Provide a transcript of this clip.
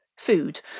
Food